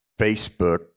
Facebook